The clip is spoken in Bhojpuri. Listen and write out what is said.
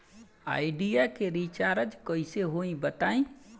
आइडिया के रीचारज कइसे होई बताईं?